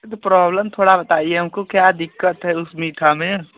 तो प्रॉब्लम थोड़ा बताइए हमको क्या दिक़्क़त है उस मीठा में